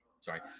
sorry